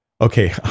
okay